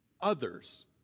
Others